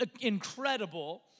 incredible